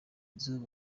nzu